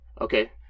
Okay